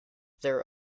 there